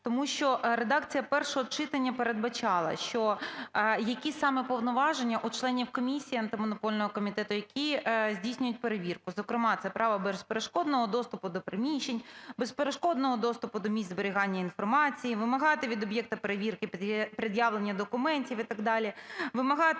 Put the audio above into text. Тому що редакція першого читання передбачала, що які саме повноваження у членів комісії Антимонопольного комітету, які здійснюють перевірку? Зокрема, це право безперешкодного доступу до приміщень, безперешкодного доступу до місць зберігання інформації, вимагати від об'єкта перевірки пред'явлення документів і так далі, вимагати